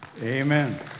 Amen